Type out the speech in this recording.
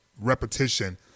repetition